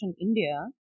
India